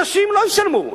אנשים לא ישלמו.